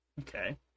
Okay